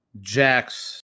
Jax